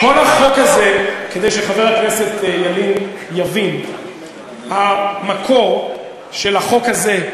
כל החוק הזה כדי שחבר הכנסת ילין יבין המקור של החוק הזה,